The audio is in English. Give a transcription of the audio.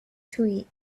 tweet